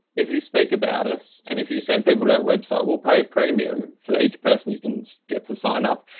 if you speak about us and if you send people to our website, we'll pay a premium for each person you can get to sign up.